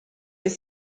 les